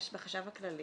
בחשב הכללי,